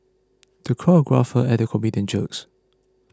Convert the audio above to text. the crowd guffawed at the comedian's jokes